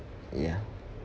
ya